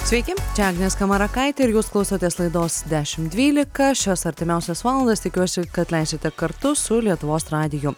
sveiki čia agnė skamarakaitė ir jūs klausotės laidos dešimt dvylika šias artimiausias valandas tikiuosi kad leidžiate kartu su lietuvos radiju